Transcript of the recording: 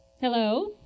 Hello